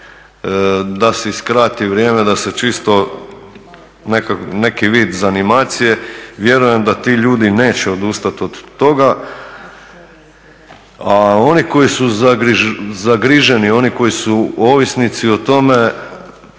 da si skrati vrijeme, da se čisto neki vid zanimacije. Vjerujem da ti ljudi neće odustati od toga a oni koji su zagriženi, oni koji su ovisnici o tome